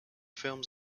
films